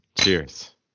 Cheers